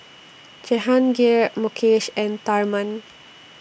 Jehangirr Mukesh and Tharman